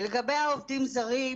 לגבי העובדים הזרים,